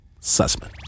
Sussman